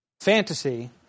Fantasy